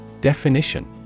Definition